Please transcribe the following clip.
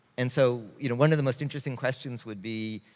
and so, you know, one of the most interesting questions would be,